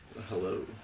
Hello